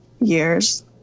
years